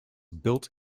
built